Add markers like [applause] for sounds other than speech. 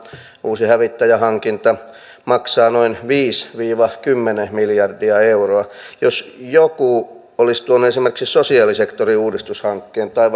uusi hävittäjähankinta maksaa noin viisi viiva kymmenen miljardia euroa jos joku olisi tuonut esimerkiksi sosiaalisektoriuudistushankkeen tai [unintelligible]